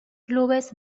clubes